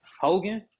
Hogan